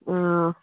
ꯑꯥ